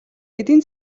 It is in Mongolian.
эдийн